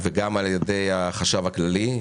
וגם על ידי החשב הכללי,